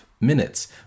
minutes